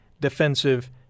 defensive